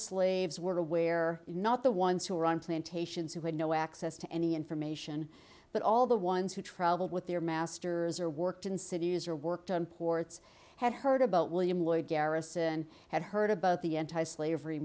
slaves were aware not the ones who were on plantations who had no access to any information but all the ones who traveled with their masters or worked in cities or worked on ports had heard about william lloyd garrison had heard about the anti slavery